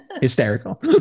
Hysterical